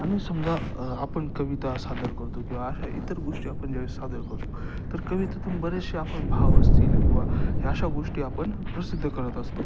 आणि समजा आपण कविता सादर करतो किंवा अशा इतर गोष्टी आपण ज्यावेळी सादर करतो तर कवितेतून बरेचसे आपण भाव असतील किंवा ह्या अशा गोष्टी आपण प्रसिद्ध करत असतो